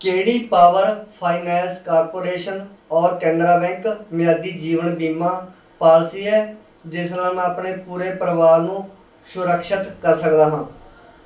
ਕਿਹੜੀ power finance corporation ਔਰ Canara bank ਮਿਆਦੀ ਜੀਵਨ ਬੀਮਾ ਬੀਮਾ ਪਾਲਿਸੀ ਹੈ ਜਿਸ ਨਾਲ ਮੈਂ ਆਪਣੇ ਪੂਰੇ ਪਰਿਵਾਰ ਨੂੰ ਸੁਰਕਸ਼ਿਤ ਕਰਾ ਸਕਦਾ ਹਾਂ